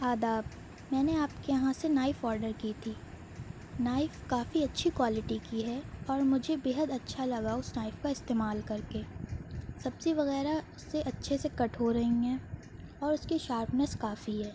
آداب میں نے آپ کے یہاں سے نائف آڈر کی تھی نائف کافی اچھی کوالٹی کی ہے اور مجھے بے حد اچھا لگا اس نائف کا استعمال کر کے سبزی وغیرہ اس سے اچھے سے کٹ ہو رہی ہیں اور اس کی شارپنیس کافی ہے